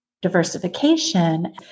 diversification